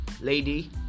lady